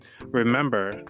Remember